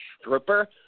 stripper